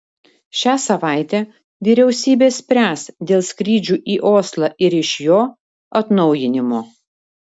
šią savaitę vyriausybė spręs dėl skrydžių į oslą ir iš jo atnaujinimo